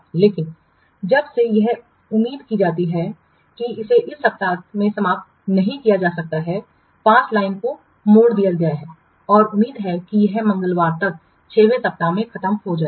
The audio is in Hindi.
लेकिन जब से यह उम्मीद की जाती है कि इसे एक सप्ताह में समाप्त नहीं किया जा सकता है 5 लाइन को मोड़ दिया गया है और उम्मीद है कि यह मंगलवार तक 6 वें सप्ताह में खत्म हो जाएगा